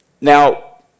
Now